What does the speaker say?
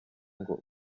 ngo